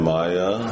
Maya